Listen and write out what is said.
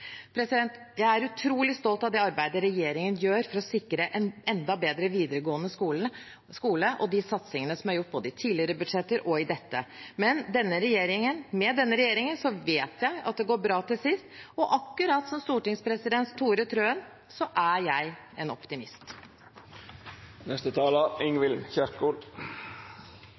Jeg er utrolig stolt av det arbeidet regjeringen gjør for å sikre en enda bedre videregående skole, og de satsingene som er gjort både i tidligere budsjetter og i dette. Med denne regjeringen vet jeg at «det går bra til sist», og akkurat som stortingspresident Wilhelmsen Trøen er jeg «en optimist».